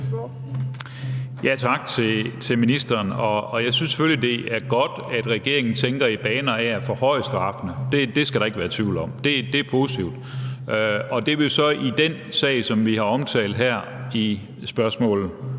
Tak til ministeren. Jeg synes selvfølgelig, det er godt, at ministeren tænker i baner af at forhøje straffene – det skal der ikke være tvivl om. Det er positivt. Og det vil så i den sag, som jeg omtalte her i spørgsmål